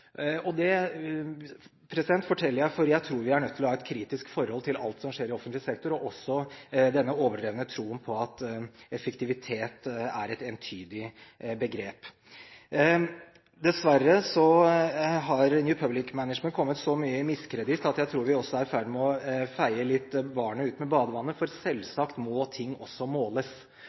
Det forteller jeg fordi jeg tror vi er nødt til å ha et kritisk forhold til alt som skjer i offentlig sektor, også denne overdrevne troen på at effektivitet er et entydig begrep. Dessverre har New Public Management kommet så mye i miskreditt at jeg tror vi er litt i ferd med å feie barnet ut med badevannet, for selvsagt må ting også måles.